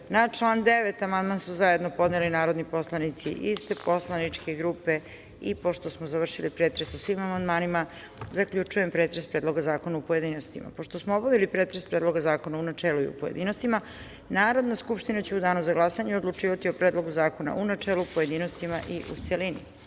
član 9. amandman su zajedno podneli poslanici iste poslaničke grupe. Pošto smo završili pretres o svim amandmanima, zaključujem pretres Predloga zakona, u pojedinostima. Pošto smo obavili pretres Predloga zakona u načelu i u pojedinostima, Narodna skupština će u danu za glasanje odlučivati o Predlogu zakona u načelu, pojedinostima i u